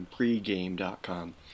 pregame.com